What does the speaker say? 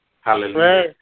Hallelujah